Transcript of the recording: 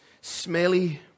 smelly